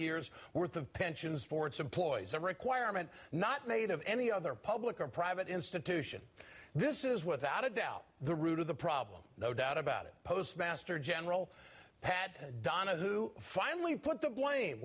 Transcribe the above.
years worth of pensions for its employees a requirement not made of any other public or private institution this is without a doubt the root of the problem no doubt about it postmaster general pat donaghue finally put the blame